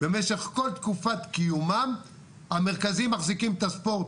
במשך כל תקופת קיומם המרכזים מחזיקים את הספורט.